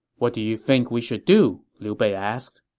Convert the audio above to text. what do you think we should do? liu bei asked